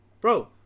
Bro